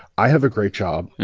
i have a great job.